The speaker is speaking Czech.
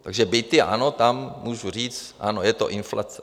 Takže byty, ano, tam můžu říct, ano, je to inflace.